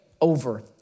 over